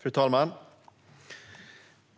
Fru talman!